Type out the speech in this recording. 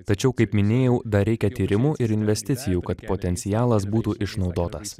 tačiau kaip minėjau dar reikia tyrimų ir investicijų kad potencialas būtų išnaudotas